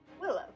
willow